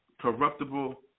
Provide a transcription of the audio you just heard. corruptible